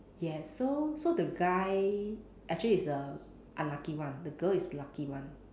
yes so so the guy actually is the unlucky one the girl is lucky one